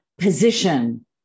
position